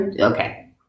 Okay